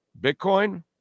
Bitcoin